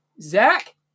Zach